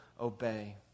obey